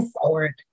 forward